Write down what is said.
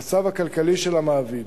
במצב הכלכלי של המעביד,